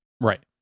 Right